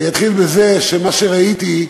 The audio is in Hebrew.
אני אתחיל בזה שמה שראיתי,